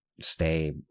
stay